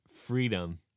freedom